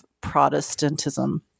Protestantism